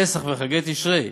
פסח וחגי תשרי,